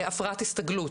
כמו הפרעת הסתגלות,